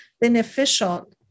beneficial